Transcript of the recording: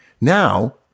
Now